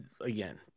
again